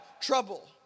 trouble